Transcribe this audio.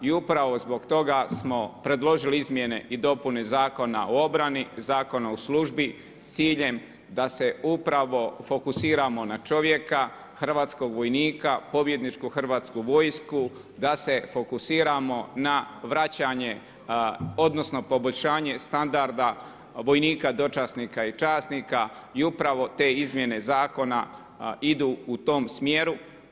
I upravo zbog toga smo predložili izmjene i dopune Zakona o obrani, Zakona o službi s ciljem da se upravo fokusiramo na čovjeka, hrvatskog vojnika, pobjedničku Hrvatsku vojsku da se fokusiramo na vraćanje, odnosno poboljšanje standarda vojnika dočasnika i časnika i upravo te izmjene zakona idu u tom smjeru.